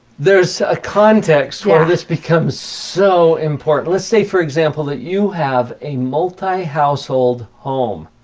there's a context for this become so important. let's say for example that you have a multi-household home.